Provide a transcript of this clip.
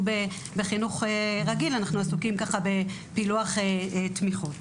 בחינוך רגיל אנחנו עסוקים בפילוח תמיכות.